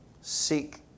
Seek